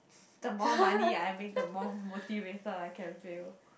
the more money I make the more motivated I can feel